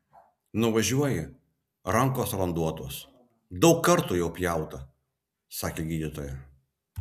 nuvažiuoji rankos randuotos daug kartų jau pjauta sakė gydytoja